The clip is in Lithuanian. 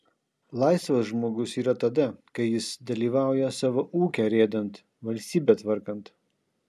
laisvas žmogus yra tada kai jis dalyvauja savo ūkę rėdant valstybę tvarkant